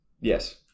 Yes